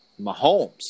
Mahomes